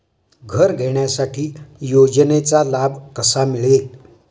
घर घेण्यासाठी योजनेचा लाभ कसा मिळेल?